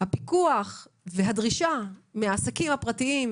הפיקוח והדרישה מהעסקים הפרטיים,